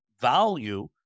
value